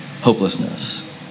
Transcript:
hopelessness